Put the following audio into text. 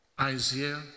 Isaiah